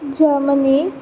Germany